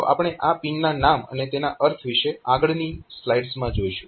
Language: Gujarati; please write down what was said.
તો આપણે આ પિન ના નામ અને તેના અર્થ વિશે આગળની સ્લાઈડ્સમાં જોઈશું